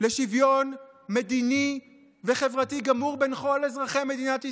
לשוויון מדיני וחברתי גמור בין כל אזרחי מדינת ישראל,